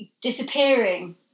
disappearing